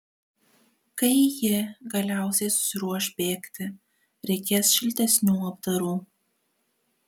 kai ji galiausiai susiruoš bėgti reikės šiltesnių apdarų